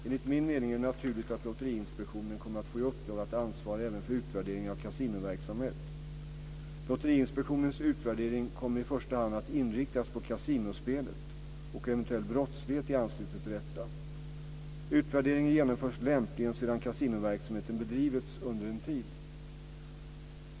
Enligt min mening är det naturligt att Lotteriinspektionen kommer att få i uppdrag att ansvara även för utvärdering av kasinoverksamhet. Lotteriinspektionens utvärdering kommer i första hand att inriktas på kasinospelet och eventuell brottslighet i anslutning till detta. Utvärderingen genomförs lämpligen sedan kasinoverksamheten bedrivits under en tid.